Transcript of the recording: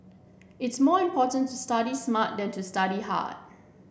it is more important to study smart than to study hard